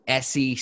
sec